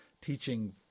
teaching